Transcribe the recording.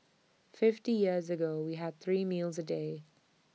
fifty years ago we had three meals A day